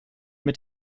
mit